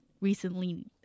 recently